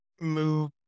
move